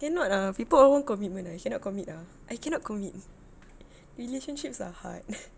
cannot ah people overcommitment ah I cannot commit ah I cannot commit relationships are hard